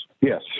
Yes